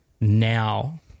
now